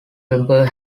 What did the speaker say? webber